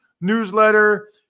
newsletter